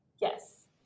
Yes